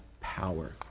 power